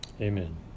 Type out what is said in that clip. Amen